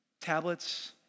Tablets